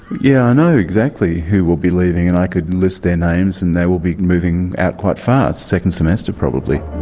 yeah, i know exactly who will be leaving and i could list their names and they will be moving out quite fast second semester, probably.